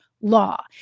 law